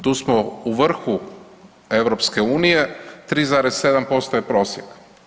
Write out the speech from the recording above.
Tu smo u vrhu EU 3,7% je prosjek.